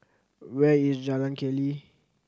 where is Jalan Keli